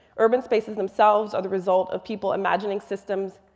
urban spaces themselves are the result of people imagining systems